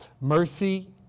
Mercy